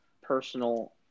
personal